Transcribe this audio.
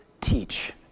teach